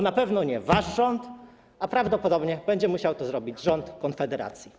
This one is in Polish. Na pewno nie wasz rząd, prawdopodobnie będzie musiał to zrobić rząd Konfederacji.